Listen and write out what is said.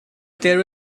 there